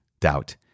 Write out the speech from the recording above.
doubt